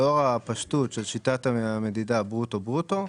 לאור הפשטות של שיטת המדידה ברוטו-ברוטו,